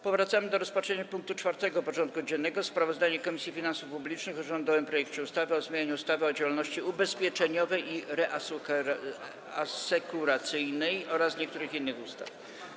Powracamy do rozpatrzenia punktu 4. porządku dziennego: Sprawozdanie Komisji Finansów Publicznych o rządowym projekcie ustawy o zmianie ustawy o działalności ubezpieczeniowej i reasekuracyjnej oraz niektórych innych ustaw.